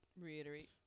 reiterate